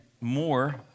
more